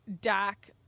Dak